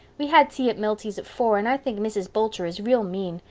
we had tea at milty's at four and i think mrs. boulter is real mean.